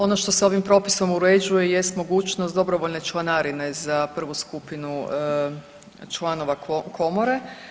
Ono što se ovim propisom uređuje jest mogućnost dobrovoljne članarine za prvu skupinu članova komore.